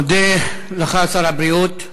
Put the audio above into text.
מודה לך, שר הבריאות.